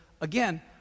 again